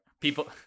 people